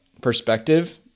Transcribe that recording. perspective